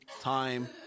time